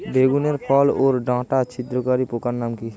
বেগুনের ফল ওর ডাটা ছিদ্রকারী পোকার নাম কি?